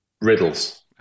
Riddles